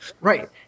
Right